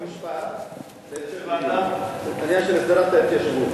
חוק ומשפט את העניין של הסדרת ההתיישבות.